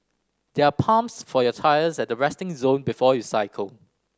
there are pumps for your tyres at the resting zone before you cycle